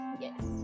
yes